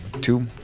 two